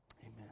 Amen